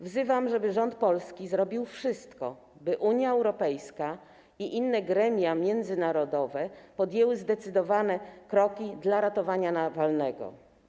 Wzywam, żeby polski rząd zrobił wszystko, by Unia Europejska i inne gremia międzynarodowe podjęły zdecydowane kroki dla ratowania Nawalnego.